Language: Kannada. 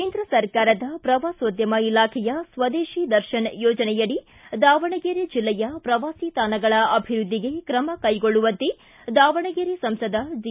ಕೇಂದ್ರ ಸರ್ಕಾರದ ಪ್ರವಾಸೋದ್ಯಮ ಇಲಾಖೆಯ ಸ್ವದೇಶಿ ದರ್ಶನ್ ಯೋಜನೆಯಡಿ ದಾವಣಗೆರೆ ಜಿಲ್ಲೆಯ ಪ್ರವಾಸಿ ತಾಣಗಳ ಅಭಿವೃದ್ಧಿಗೆ ಕ್ರಮ ಕೈಗೊಳ್ಳುವಂತೆ ದಾವಣಗೆರೆ ಸಂಸದ ಜಿ